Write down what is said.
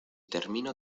termino